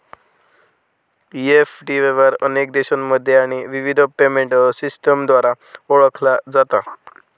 EFT व्यवहार अनेक देशांमध्ये आणि विविध पेमेंट सिस्टमद्वारा ओळखला जाता